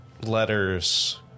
letters